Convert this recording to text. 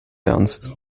ernst